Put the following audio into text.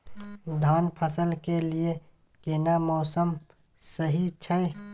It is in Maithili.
धान फसल के लिये केना मौसम सही छै?